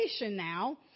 now